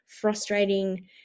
frustrating